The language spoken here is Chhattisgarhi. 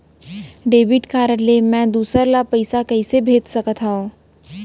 डेबिट कारड ले मैं दूसर ला पइसा कइसे भेज सकत हओं?